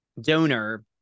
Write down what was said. donor